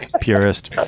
Purist